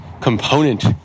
component